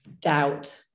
doubt